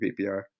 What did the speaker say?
PPR